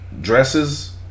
dresses